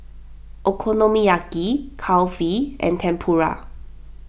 Okonomiyaki Kulfi and Tempura